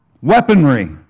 weaponry